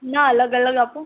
ના અલગ અલગ આપો